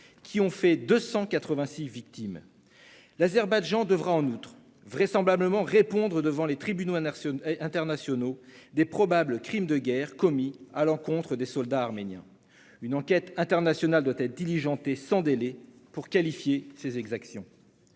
qui ont fait 286 victimes. En outre, l'Azerbaïdjan devra vraisemblablement répondre devant les tribunaux internationaux de probables crimes de guerre commis contre les soldats arméniens. Une enquête internationale doit être diligentée sans délai pour qualifier ces exactions.